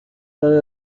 برای